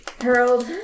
Harold